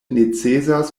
necesas